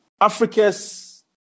Africa's